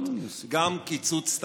גם קיצוץ תקציבן.